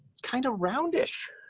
kind of roundish,